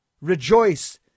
rejoice